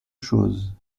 chose